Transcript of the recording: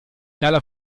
dalla